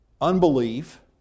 unbelief